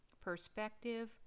perspective